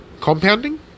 compounding